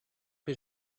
his